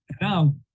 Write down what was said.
now